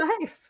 life